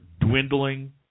dwindling